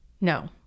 No